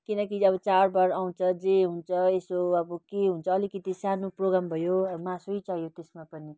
किनकि अब चाडबाड आउँछ जे हुन्छ यसो अब के हुन्छ अलिकिति सानो प्रोग्राम भयो अब मासु चाहियो त्यसमा पनि